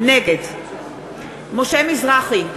נגד משה מזרחי,